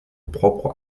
propre